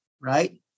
right